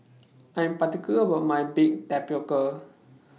I Am particular about My Baked Tapioca